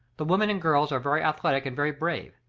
the women and girls are very athletic and very brave,